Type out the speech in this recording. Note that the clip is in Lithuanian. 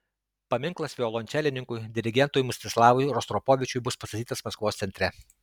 paminklas violončelininkui dirigentui mstislavui rostropovičiui bus pastatytas maskvos centre